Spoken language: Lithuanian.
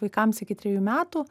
vaikams iki trejų metų